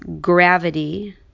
gravity